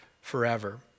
forever